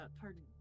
pardon